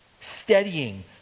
steadying